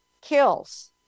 kills